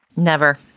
never.